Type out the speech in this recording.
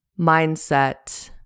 mindset